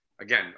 again